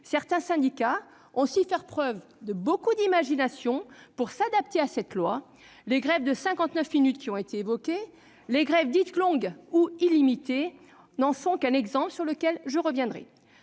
certains syndicats ont su faire preuve de beaucoup d'imagination pour s'adapter à cette loi. Les grèves de cinquante-neuf minutes, qui ont été évoquées, les grèves dites « longues » ou « illimitées » n'en sont que des exemples ; j'y reviendrai.